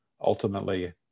ultimately